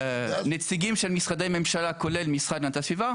נציגים של משרדי ממשלה כולל המשרד להגנת הסביבה,